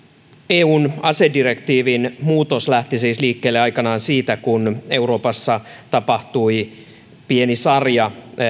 eun asedirektiivin muutos lähti siis liikkeelle aikanaan siitä kun euroopassa tapahtui pieni sarja